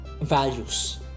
values